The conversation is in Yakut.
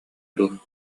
дуо